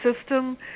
system